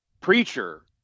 preacher